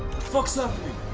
fucks happening!